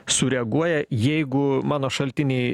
sureaguoja jeigu mano šaltiniai